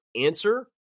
answer